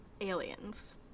aliens